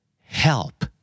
Help